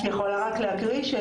את יכולה רק להקריא?